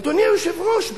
אדוני היושב-ראש,